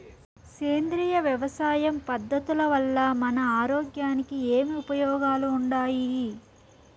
సేంద్రియ వ్యవసాయం పద్ధతుల వల్ల మన ఆరోగ్యానికి ఏమి ఉపయోగాలు వుండాయి?